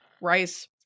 rice